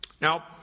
Now